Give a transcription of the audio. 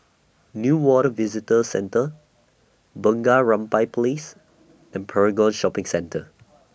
Newater Visitor Centre Bunga Rampai Place and Paragon Shopping Centre